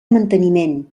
manteniment